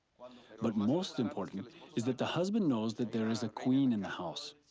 but most important is that the husband knows that there is a queen in the house,